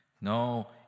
No